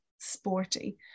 sporty